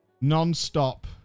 non-stop